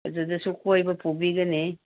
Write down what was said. ꯑꯗꯨꯗꯁꯨ ꯀꯣꯏꯕ ꯄꯨꯕꯤꯒꯅꯤ